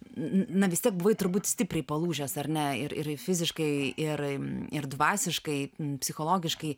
na vis tiek buvai turbūt stipriai palūžęs ar ne ir ir fiziškai ir ir dvasiškai psichologiškai